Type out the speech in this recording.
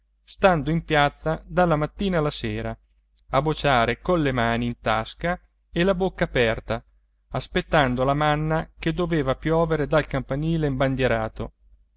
stando in piazza dalla mattina alla sera a bociare colle mani in tasca e la bocca aperta aspettando la manna che doveva piovere dal campanile